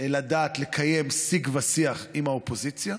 לדעת לקיים שיג ושיח עם האופוזיציה,